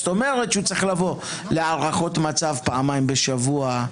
זאת אומרת שהוא צריך לבוא להערכות מצב פעמיים בשבוע,